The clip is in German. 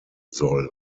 soll